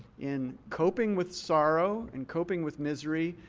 in coping with sorrow, in coping with misery,